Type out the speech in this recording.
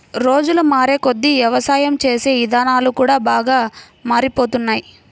రోజులు మారేకొద్దీ యవసాయం చేసే ఇదానాలు కూడా బాగా మారిపోతున్నాయ్